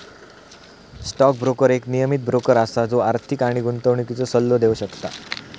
stock broker एक नियमीत broker असा जो आर्थिक आणि गुंतवणुकीचो सल्लो देव शकता